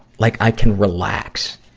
like i can relax.